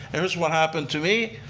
it was what happened to me.